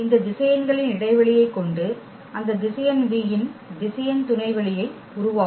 இந்த திசையன்களின் இடைவெளியைக் கொண்டு அந்த திசையன் V இன் திசையன் துணைவெளியை உருவாக்கும்